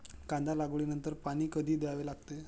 कांदा लागवडी नंतर पाणी कधी द्यावे लागते?